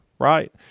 Right